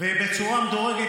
ובצורה מדורגת,